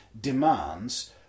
demands